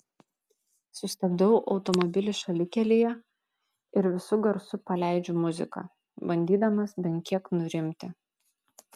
sustabdau automobilį šalikelėje ir visu garsu paleidžiu muziką bandydamas bent kiek nurimti